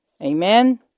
Amen